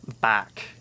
back